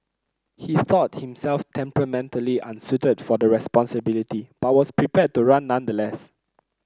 he thought himself temperamentally unsuited for the responsibility but was prepared to run nonetheless